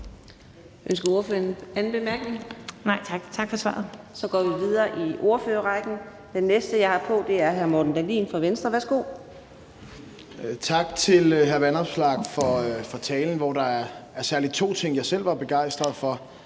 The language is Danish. Tak for svaret.